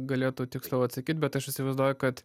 galėtų tiksliau atsakyt bet aš įsivaizduoju kad